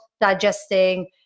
digesting